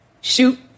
shoot